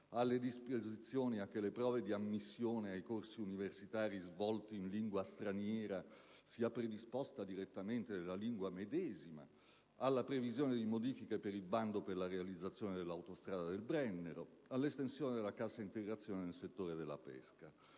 alle disposizioni che prevedono che la prova di ammissione ai corsi universitari svolti in lingua straniera sia predisposta direttamente nella lingua medesima, alla previsione di modifiche del bando per la realizzazione dell'autostrada del Brennero, all'estensione della cassa integrazione nel settore della pesca.